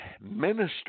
minister